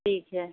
ठीक है